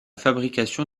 fabrication